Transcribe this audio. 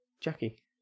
Jackie